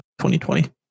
2020